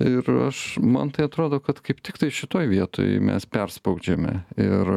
ir aš man tai atrodo kad kaip tik tai šitoj vietoj mes perspaudžiame ir